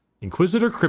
Inquisitor